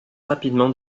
rapidement